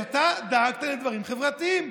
אתה דאגת לדברים חברתיים.